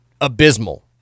abysmal